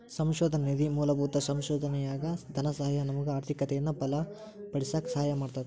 ಸಂಶೋಧನಾ ನಿಧಿ ಮೂಲಭೂತ ಸಂಶೋಧನೆಯಾಗ ಧನಸಹಾಯ ನಮಗ ಆರ್ಥಿಕತೆಯನ್ನ ಬಲಪಡಿಸಕ ಸಹಾಯ ಮಾಡ್ತದ